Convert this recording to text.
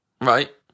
Right